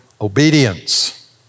Obedience